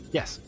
Yes